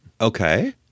Okay